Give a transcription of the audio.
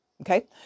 okay